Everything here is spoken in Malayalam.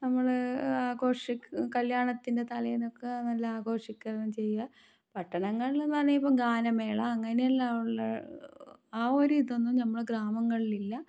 നമ്മൾ ആഘോഷിക്കും കല്യാണത്തിൻ്റെ തലേന്നൊ ക്ക നല്ല ആഘോഷിക്കലും ചെയ്യുക പട്ടണങ്ങളിൽ നിന്ന് പറഞ്ഞാലിപ്പം ഗാനമേള അങ്ങനെയെല്ലാം ഉള്ള ആ ഒരു ഇതൊന്നും ഞമ്മടെ ഗ്രാമങ്ങളിലില്ല